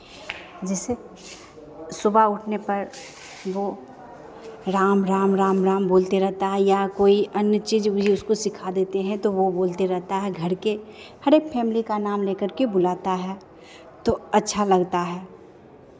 जैसे सुबह उठने पर वो राम राम राम राम बोलते रहता है या कोई अन्य चीज़ भी उसको सिखा देते हैं तो वो बोलते रहता है घर के हरेक फैमिली का नाम लेकर के बुलाता है तो अच्छा लगता है